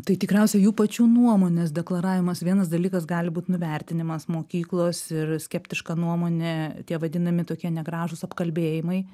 tai tikriausiai jų pačių nuomonės deklaravimas vienas dalykas gali būt nuvertinimas mokyklos ir skeptiška nuomonė tie vadinami tokie negražūs apkalbėjimai